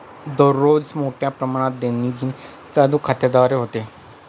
दररोज मोठ्या प्रमाणावर देणीघेणी चालू खात्याद्वारे होते